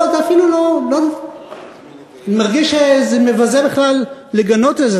אני מרגיש שזה מבזה בכלל לגנות את זה,